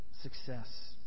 success